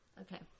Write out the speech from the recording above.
Okay